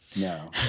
no